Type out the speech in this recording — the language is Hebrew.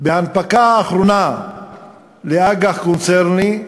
בהנפקה האחרונה לאג"ח קונצרני,